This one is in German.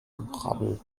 gebrabbel